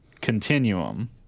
continuum